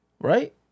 right